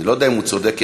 אני לא יודע אם הוא צודק,